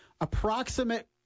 Approximate